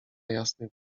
jasnych